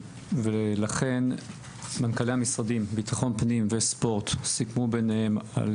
ולכן מנכ"לי המשרדים ביטחון פנים וספורט סיכמו ביניהם על